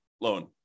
loan